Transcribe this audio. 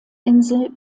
insel